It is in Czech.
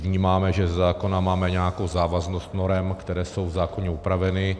Vnímáme, že ze zákona máme nějakou závaznost norem, které jsou v zákoně upraveny.